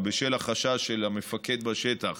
ובשל החשש של המפקד בשטח